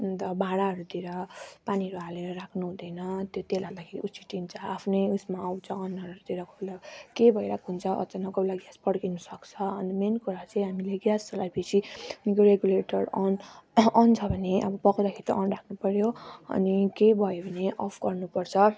अन्त भाँडाहरूतिर पानीहरू हालेर राख्नु हुँदैन त्यो तेल हाल्दाखेरि उछिटिन्छ आफ्नै उयसमा आउँछ अनुहारहरूतिर खुला केही भइरहेको हुन्छ अचानक कोही बेला ग्यास पड्किन सक्छ अनि मेन कुरा चाहिँ हामीले ग्यास चलाए पछि रेगुलेटर अन् अन् छ भने अब पकाउँदाखेरि त अन् राख्नु पर्यो अनि केही भयो भने अफ् गर्नु पर्छ